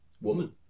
Woman